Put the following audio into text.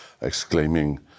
exclaiming